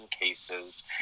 Cases